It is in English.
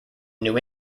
new